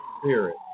spirit